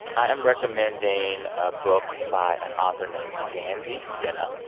i am recommending a book by an author named danzy senna,